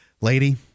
lady